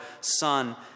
Son